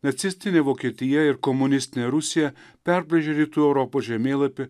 nacistinė vokietija ir komunistinė rusija perbraižė rytų europos žemėlapį